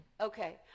okay